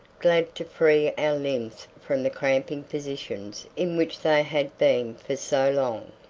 glad to free our limbs from the cramping positions in which they had been for so long.